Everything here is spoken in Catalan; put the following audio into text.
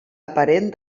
aparent